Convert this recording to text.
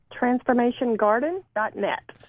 TransformationGarden.net